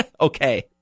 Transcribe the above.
Okay